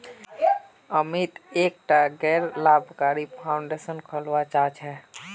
अमित एकटा गैर लाभकारी फाउंडेशन खोलवा चाह छ